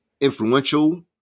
influential